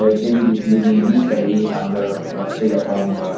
ah david is living in italy and there are stay-at-home ah